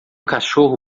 cachorro